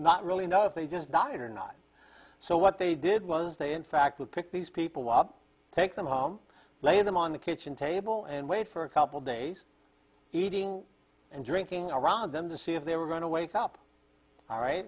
not really know if they just died or not so what they did was they in fact would pick these people up take them home lay them on the kitchen table and wait for a couple days eating and drinking around them to see if they were going to wake up all right